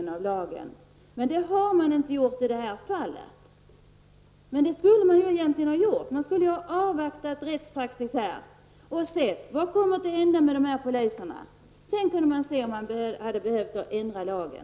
Men det har man inte gjort i detta fall, fast man egentligen skulle ha gjort det. Man skulle ha avvaktat rättspaxis och sett vad som skulle hända med dessa poliser. Sedan kunde man se om man behövde ändra lagen.